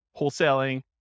wholesaling